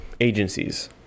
agencies